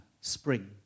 spring